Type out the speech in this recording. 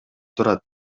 турат